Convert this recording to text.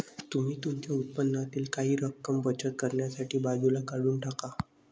तुम्ही तुमच्या उत्पन्नातील काही रक्कम बचत करण्यासाठी बाजूला काढून टाका